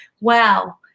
Wow